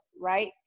right